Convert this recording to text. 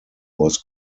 was